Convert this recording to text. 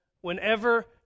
whenever